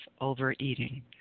overeating